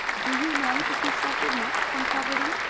do you know if he suffered much from poverty?